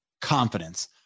confidence